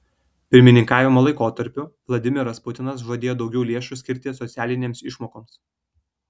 pirmininkavimo laikotarpiu vladimiras putinas žadėjo daugiau lėšų skirti socialinėms išmokoms